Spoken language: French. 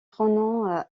prénoms